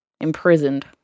imprisoned